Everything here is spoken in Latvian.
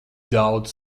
daudz